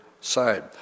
side